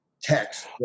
text